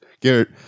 Garrett